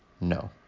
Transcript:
No